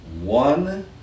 One